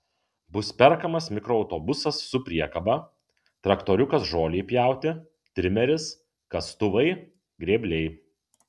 bus perkamas mikroautobusas su priekaba traktoriukas žolei pjauti trimeris kastuvai grėbliai